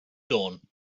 dawn